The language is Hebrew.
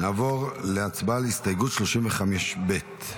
נעבור להצבעה על הסתייגות 35 ב'.